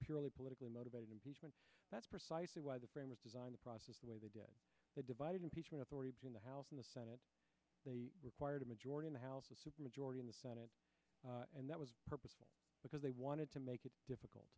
purely political motivation that's precisely why the framers designed the process the way they did the divided impeachment authority in the house and the senate they required a majority in the house a supermajority in the senate and that was purpose because they wanted to make it difficult